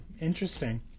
interesting